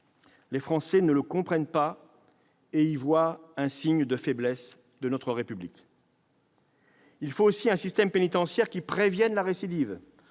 Les Français ne le comprennent pas et y voient un signe de faiblesse de notre République. Il faut aussi un système pénitentiaire qui prévienne la récidive,